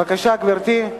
בבקשה, גברתי.